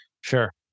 Sure